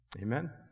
Amen